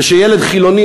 ושילד חילוני,